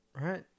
right